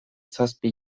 zazpi